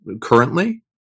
currently